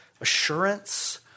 assurance